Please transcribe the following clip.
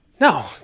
No